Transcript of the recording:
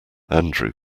andrew